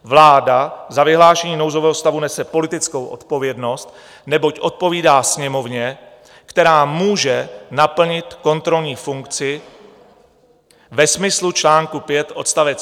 Vláda za vyhlášení nouzového stavu nese politickou odpovědnost, neboť odpovídá Sněmovně, která může naplnit kontrolní funkci ve smyslu článku 5 odst.